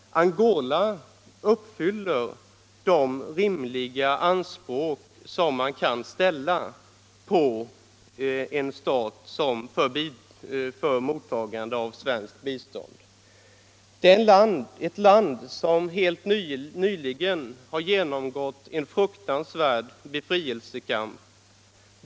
Angola uppfyller de rimliga krav som man kan ställa på en stat för mottagande av svenskt bistånd. Det är ett land som helt nyligen har genomgått en fruktansvärd befrielsekamp.